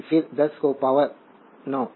T फिर 10 को power 9